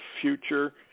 future